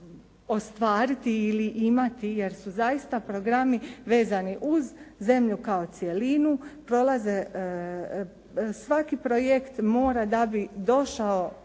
ostvariti ili imati jer su zaista programi vezani uz zemlju kao cjelinu, prolaze, svaki projekt mora da bi došao